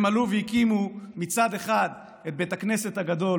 הם עלו והקימו, מצד אחד, את בית הכנסת הגדול